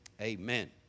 amen